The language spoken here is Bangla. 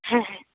হ্যাঁ হ্যাঁ